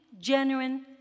genuine